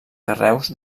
carreus